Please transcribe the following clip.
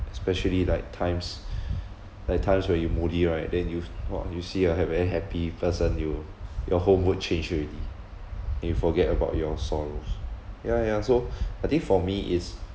especially like times like times where you moody right then you !wah! you see uh a very happy person you your whole mood change already then you forget about your sorrows yeah yeah so I think for me is